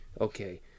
okay